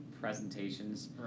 presentations